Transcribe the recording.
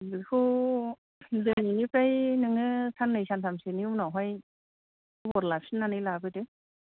बेखौ दिनैनिफ्राय नोङो सान्नै सानथामसोनि उनावहाय खबर लाफिननानै लाबोदो